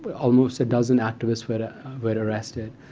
but almost a dozen activists were but arrested.